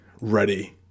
ready